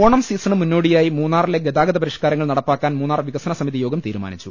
Onam season മുന്നോടിയായി മൂന്നാറിലെ ഗതാഗത പരി ഷ്കാരങ്ങൾ നടപ്പാക്കാൻ മൂന്നാർ വികസന സമിതിയോഗം തീരു മാനിച്ചു